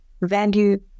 value